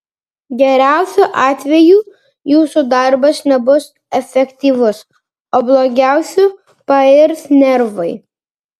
geriausiu atveju jūsų darbas nebus efektyvus o blogiausiu pairs nervai